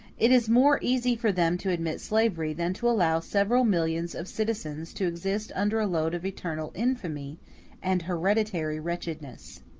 it is more easy for them to admit slavery, than to allow several millions of citizens to exist under a load of eternal infamy and hereditary wretchedness.